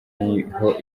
niho